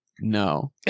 No